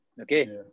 okay